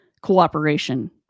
cooperation